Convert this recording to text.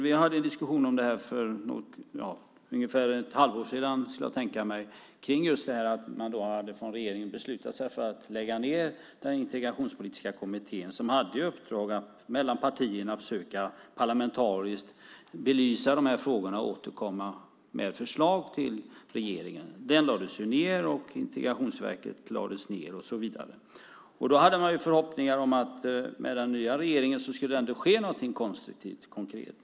Vi hade en diskussion för ungefär ett halvår sedan kring att man från regeringens sida hade beslutat sig för att lägga ned den integrationspolitiska kommittén som hade i uppdrag att mellan partierna parlamentariskt försöka belysa de här frågorna och återkomma med förslag till regeringen. Den lades ned, Integrationsverket lades ned och så vidare. Då hade man förhoppningar att det med den nya regeringen ändå skulle ske något konstruktivt konkret.